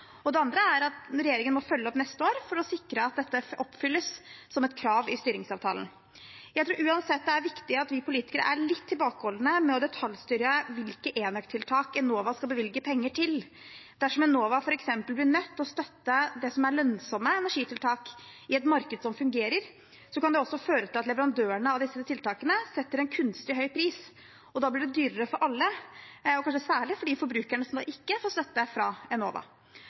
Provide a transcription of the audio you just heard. og det andre er at regjeringen må følge opp neste år for å sikre at dette oppfylles som et krav i styringsavtalen. Jeg tror uansett det er viktig at vi politikere er litt tilbakeholdne med å detaljstyre hvilke enøktiltak Enova skal bevilge penger til. Dersom Enova f.eks. blir nødt til å støtte det som er lønnsomme energitiltak i et marked som fungerer, kan det også føre til at leverandørene av disse tiltakene setter en kunstig høy pris. Da blir det dyrere for alle, og kanskje særlig for de forbrukerne som ikke får støtte fra Enova.